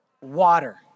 Water